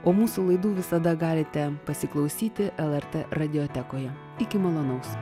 o mūsų laidų visada galite pasiklausyti lrt radiotekoje iki malonaus